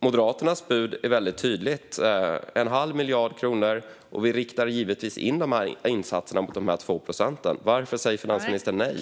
Moderaternas bud är väldigt tydligt, Magdalena Andersson. Det är en halv miljard kronor, och vi riktar givetvis in insatserna mot dessa 2 procent. Varför säger finansministern nej?